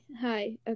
Hi